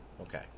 Okay